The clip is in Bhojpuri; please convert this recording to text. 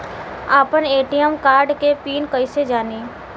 आपन ए.टी.एम कार्ड के पिन कईसे जानी?